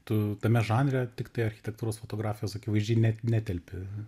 tu tame žanre tiktai architektūros fotografas akivaizdžiai net netelpi